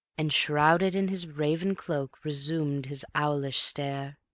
and shrouded in his raven cloak resumed his owlish stare.